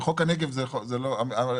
חוק הנגב זה רשימה סגורה.